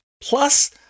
plus